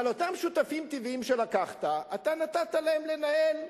אבל אותם שותפים טבעיים שלקחת, אתה נתת להם לנהל.